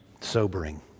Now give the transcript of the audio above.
sobering